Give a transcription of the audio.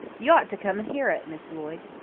you ought to come and hear it, miss lloyd.